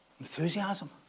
enthusiasm